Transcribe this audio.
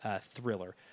thriller